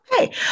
Okay